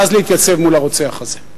ואז להתייצב מול הרוצח הזה.